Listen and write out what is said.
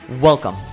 Welcome